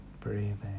breathing